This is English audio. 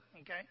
okay